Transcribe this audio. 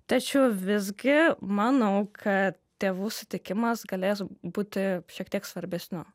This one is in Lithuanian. tačiau visgi manau kad tėvų sutikimas galės būti šiek tiek svarbesniu